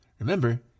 Remember